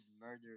murder